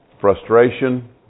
frustration